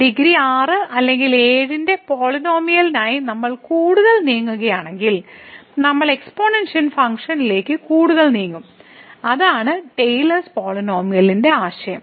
degree 6 അല്ലെങ്കിൽ 7 ന്റെ പോളിനോമിയലിനായി നമ്മൾ കൂടുതൽ നീങ്ങുകയാണെങ്കിൽ നമ്മൾ എക്സ്പോണൻഷ്യൽ ഫംഗ്ഷനിലേക്ക് കൂടുതൽ നീങ്ങും അതാണ് ടെയിലേഴ്സ് പോളിനോമിയലിന്റെ ആശയം